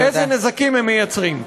אילו נזקים הם יוצרים.